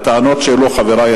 הטענות שהעלו חברי,